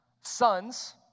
sons